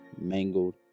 mangled